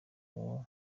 uwo